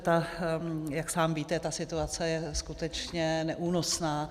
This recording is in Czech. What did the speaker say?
Jak sám víte, ta situace je skutečně neúnosná.